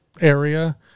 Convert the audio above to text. area